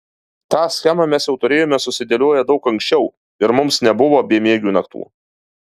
tą schemą mes jau turėjome susidėlioję daug ankščiau ir mums nebuvo bemiegių naktų